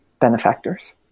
benefactors